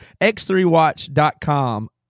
X3Watch.com